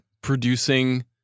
producing